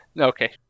Okay